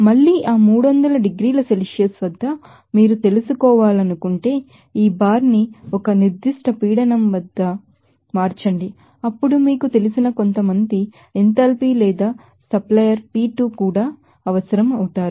మళ్లీ ఆ 300 డిగ్రీల సెల్సియస్ వద్ద మీరు తెలుసుకోవాలనుకుంటే ఈ బార్ ని ఒక కాన్స్టాంట్ ప్రెషర్ వరకు మార్చండి అప్పుడు మీకు తెలిసిన కొంతమంది ఎంథాల్పీ లేదా సప్లయర్ పి2 కూడా అవసరం అవుతాయి